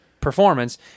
performance